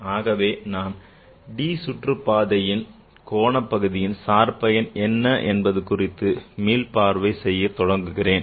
ஆகவே நான் d சுற்றுப்பாதையின் கோண பகுதியின் சார் பயன் என்ன என்பது குறித்து மீள்பார்வை செய்ய தொடங்குகிறேன்